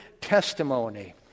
testimony